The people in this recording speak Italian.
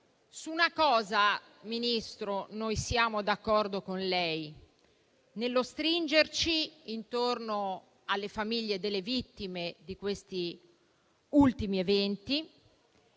su una cosa, signor Ministro, noi siamo d'accordo con lei: sullo stringerci intorno alle famiglie delle vittime di questi ultimi eventi